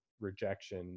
rejection